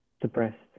depressed